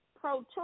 pro-choice